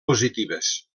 positives